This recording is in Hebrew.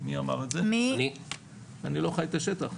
אני לא חי את השטח?